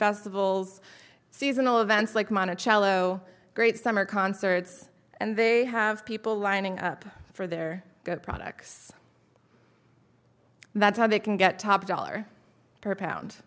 festivals seasonal events like mana chalo great summer concerts and they have people lining up for their products that's how they can get top dollar per pound